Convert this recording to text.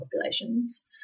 populations